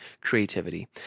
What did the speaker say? creativity